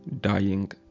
dying